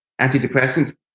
antidepressants